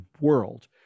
world